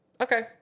Okay